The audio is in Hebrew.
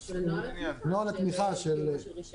יש לנו שר חדש